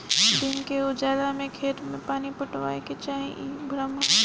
दिन के उजाला में खेत में पानी पटावे के चाही इ भ्रम ह